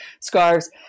scarves